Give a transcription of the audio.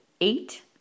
eight